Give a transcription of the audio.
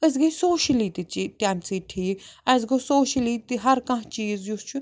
أسۍ گٔے سوشلی تہِ تَمہِ سۭتۍ ٹھیٖک اسہِ گوٚو سوشلی تہِ ہر کانٛہہ چیٖز یُس چھُ